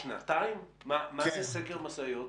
מה זה סקר משאיות?